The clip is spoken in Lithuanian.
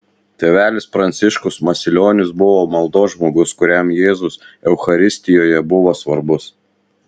tėvelis pranciškus masilionis buvo maldos žmogus kuriam jėzus eucharistijoje buvo svarbus